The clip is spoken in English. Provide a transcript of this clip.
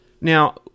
Now